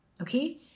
okay